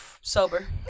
sober